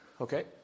Okay